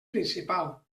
principal